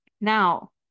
Now